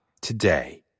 today